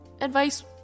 Advice